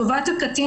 טובת הקטין,